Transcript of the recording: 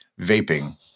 vaping